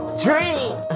Dream